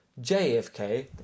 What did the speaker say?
JFK